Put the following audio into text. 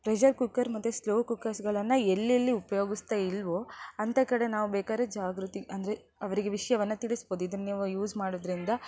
pressure cooker ಮತ್ತು slow ಕುಕ್ಕರ್ಸ್ಗಳನ್ನು ಎಲ್ಲೆಲ್ಲಿ ಉಪಯೋಗಿಸ್ತಾ ಇಲ್ಲವೋ ಅಂಥ ಕಡೆ ನಾವು ಬೇಕಾದರೆ ಜಾಗೃತಿ ಅಂದರೆ ಅವರಿಗೆ ವಿಷಯವನ್ನು ತಿಳಿಸ್ಬೋದು ಇದನ್ನು ನೀವು ಯೂಸ್ ಮಾಡೋದರಿಂದ